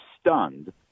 stunned